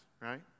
right